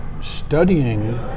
studying